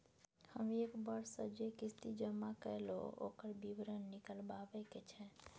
हम एक वर्ष स जे किस्ती जमा कैलौ, ओकर विवरण निकलवाबे के छै?